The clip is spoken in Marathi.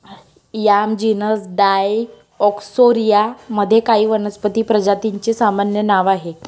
याम जीनस डायओस्कोरिया मध्ये काही वनस्पती प्रजातींचे सामान्य नाव आहे